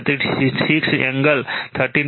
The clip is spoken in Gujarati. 36 એંગલ 13